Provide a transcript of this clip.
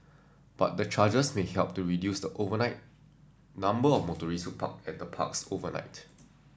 but the charges may help to reduce the overnight number of motorists who park at the parks overnight